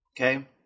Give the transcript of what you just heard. Okay